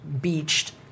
beached